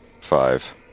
five